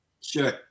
Sure